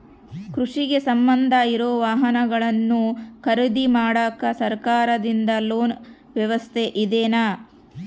ಕೃಷಿಗೆ ಸಂಬಂಧ ಇರೊ ವಾಹನಗಳನ್ನು ಖರೇದಿ ಮಾಡಾಕ ಸರಕಾರದಿಂದ ಲೋನ್ ವ್ಯವಸ್ಥೆ ಇದೆನಾ?